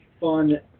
Fun